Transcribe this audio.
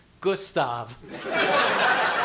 Gustav